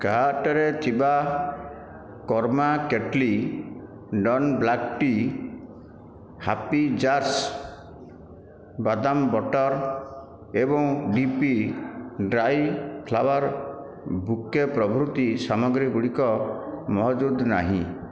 କାର୍ଟ୍ରେ ଥିବା Karma kettle Don black tea happy jars ବାଦାମ ବଟର୍ ଏବଂ ଡିପି ଡ୍ରାଇ ଫ୍ଲାୱାର ବୁକେ ପ୍ରଭୃତି ସାମଗ୍ରୀଗୁଡ଼ିକ ମହଜୁଦ ନାହିଁ